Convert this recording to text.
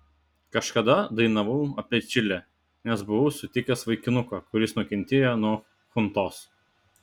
kažkada dainavau apie čilę nes buvau sutikęs vaikinuką kuris nukentėjo nuo chuntos